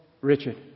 Richard